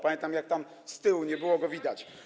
Pamiętam, jak tam z tyłu nie było go widać.